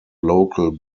local